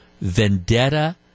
vendetta